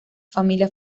familia